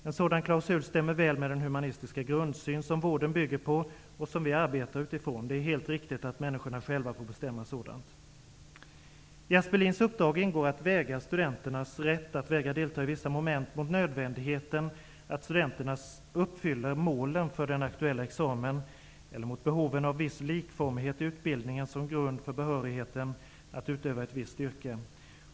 En sådan klausul stämmer väl med den humanistiska grundsyn som vården bygger på och som vi arbetar utifrån. Det är helt riktigt att människorna själva får bestämma sådant.'' I Aspelins uppdrag ingår att väga studenternas rätt att vägra delta i vissa moment mot nödvändigheten att studenterna uppfyller målen för den aktuella examen eller mot behoven av viss likformighet i utbildningen som grund för behörigheten att utöva ett visst yrke.